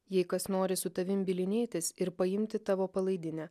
jei kas nori su tavim bylinėtis ir paimti tavo palaidinę